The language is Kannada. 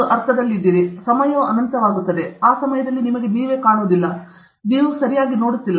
ಆ ಸಮಯವು ಅನಂತವಾಯಿತು ಆ ಸಮಯದಲ್ಲಿ ನೀವು ಕಾಣುತ್ತಿಲ್ಲ ನೀವು ಸರಿಯಾಗಿ ನೋಡುತ್ತಿಲ್ಲ